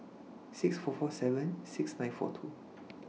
six four four seven six nine four two